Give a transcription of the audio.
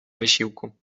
wysiłku